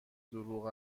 دروغ